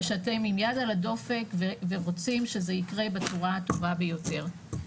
ושאתם עם יד על הדופק ורוצים שזה יקרה בצורה הטובה ביותר.